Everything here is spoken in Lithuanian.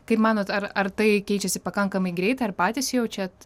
kaip manot ar ar tai keičiasi pakankamai greit ar patys jaučiat